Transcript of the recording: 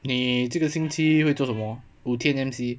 你这个星期会做什么五天 M_C